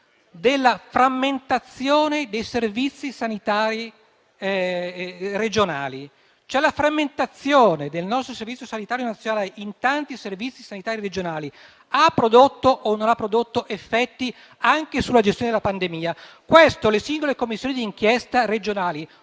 la frammentazione dei servizi sanitari regionali. La frammentazione del nostro Servizio sanitario nazionale in tanti servizi sanitari regionali ha prodotto o non ha prodotto effetti anche sulla gestione della pandemia? Questo le singole Commissioni di indagine regionali